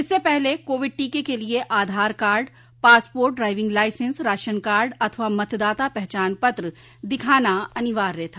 इससे पहले कोविड टीके के लिए Aadhaar card passport driving licence ration card अथवा मतदाता पहचान पत्र दिखाना अनिवार्य था